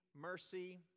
mercy